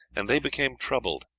and they became troubled,